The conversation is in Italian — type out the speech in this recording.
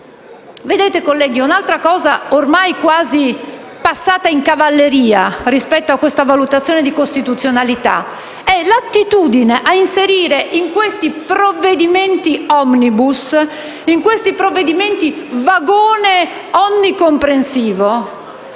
altro elemento, ormai quasi passato in cavalleria rispetto a questa valutazione di costituzionalità, è l'attitudine a inserire in questi decreti-legge *omnibus*, in questi provvedimenti vagone onnicomprensivo,